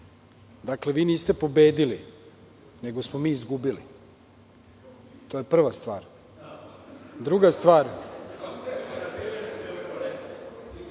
Dakle, vi niste pobedili nego smo mi izgubili. To je prva stvar. Druga stvar,